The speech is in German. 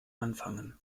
anfangen